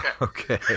Okay